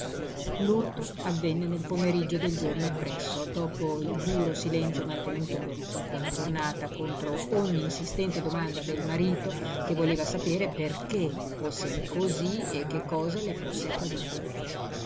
l'urto avvenne nel pomeriggio del giorno appresso dopo il duro silenzio mantenuto per tutta la giornata contro ogni insistente domanda del marito che voleva sapere perché fosse cosí e che cosa le fosse accaduto